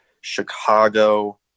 Chicago